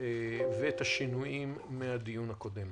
ואת השינויים מהדיון הקודם.